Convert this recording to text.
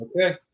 Okay